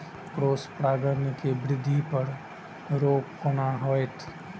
Cross परागण के वृद्धि पर रोक केना होयत?